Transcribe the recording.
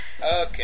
Okay